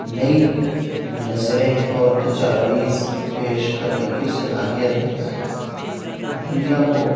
نئی نظریں اور تجاویز پیش کرنے کی صلاحیت دیتا ہے دنیا کو